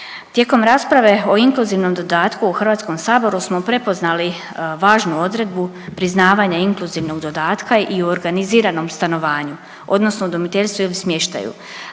Tijekom rasprave o inkluzivom dodatku u Hrvatskom saboru smo prepoznali važnu odredbu priznavanja inkluzivog dodatka i u organiziranom stanovanju odnosno udomiteljstvu ili smještaju.